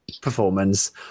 performance